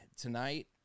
tonight